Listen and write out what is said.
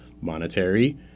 monetary